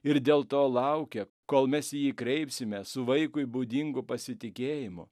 ir dėl to laukia kol mes į jį kreipsime su vaikui būdingu pasitikėjimu